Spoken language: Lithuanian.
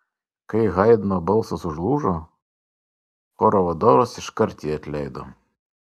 kai haidno balsas užlūžo choro vadovas iškart jį atleido